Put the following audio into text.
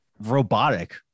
robotic